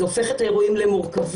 זה הופך את האירועים למורכבים,